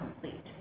complete